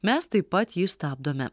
mes taip pat jį stabdome